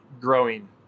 growing